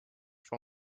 for